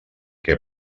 què